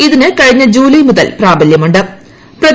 ഇതിന് കഴിഞ്ഞ ജൂലൈമുതൽ പ്രാബല്യമു ്